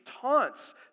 taunts